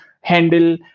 handle